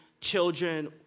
children